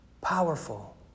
powerful